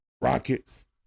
Rockets